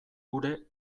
gure